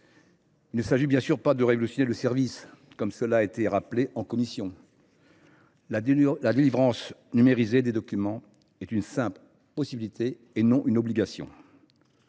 Il ne s’agit pas non plus de révolutionner ce service. Comme cela a été rappelé en commission, la délivrance numérisée des documents est une simple possibilité, et non une obligation.